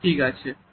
হ্যাঁ ঠিক আছে